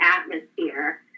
atmosphere